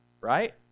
right